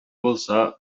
булса